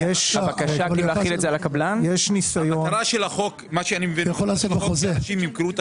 אני מבין שהמטרה של החוק היא שאנשים ימכרו את